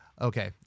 Okay